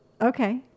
Okay